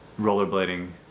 rollerblading